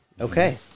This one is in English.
Okay